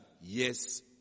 Yes